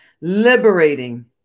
Liberating